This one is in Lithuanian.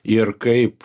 ir kaip